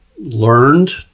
learned